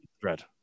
threat